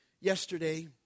Yesterday